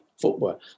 football